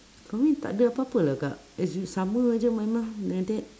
for me takde apa apa lah kak as in sama jer my mum like that